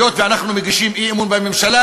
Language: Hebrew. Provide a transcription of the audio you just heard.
היות שאנחנו מגישים אי-אמון בממשלה,